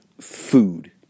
Food